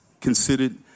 considered